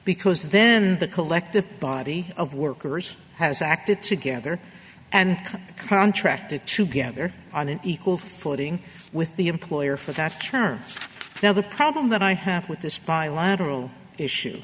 because then the collective body of workers has acted together and come contracted to gether on an equal footing with the employer for that term now the problem that i have with this bilateral issue